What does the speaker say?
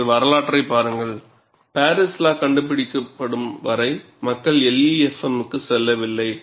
நீங்கள் வரலாற்றைப் பாருங்கள் பாரிஸ் லா கண்டுபிடிக்கப்படும் வரை மக்கள் LEFM க்கு செல்லவில்லை